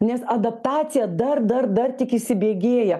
nes adaptacija dar dar dar tik įsibėgėja